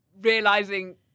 realizing